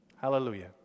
Hallelujah